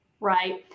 right